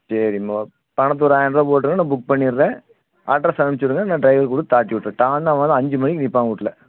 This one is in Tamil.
சரிம்மா பணத்தை ஒரு ஆயரரூவா போட்டுருங்க நான் புக் பண்ணிடுறேன் அட்ரஸ் அனுப்பிச்சு விடுங்க நான் ட்ரைவர் கூட தாட்டிவுவிட்றேன் டான்னு அஞ்சுமணிக்கு நிப்பான் உங்கள் வீட்ல